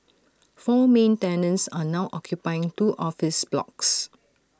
four main tenants are now occupying two office blocks